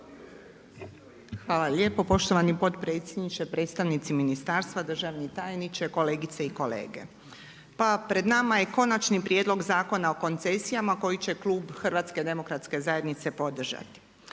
Hvala lijepo poštovani potpredsjedniče, predstavnici ministarstva, državni tajniče, kolegice i kolege. Pa pred nama je Konačni prijedlog zakona o koncesijama koji će klub Hrvatske demokratske zajednice podržati.